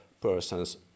person's